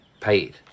paid